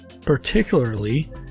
particularly